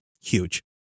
huge